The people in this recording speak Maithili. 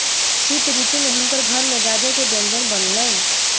शीत ऋतू में हुनकर घर में गाजर के व्यंजन बनलैन